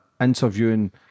interviewing